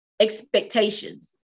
expectations